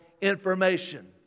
information